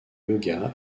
yoga